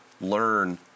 learn